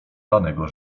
lanego